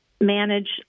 manage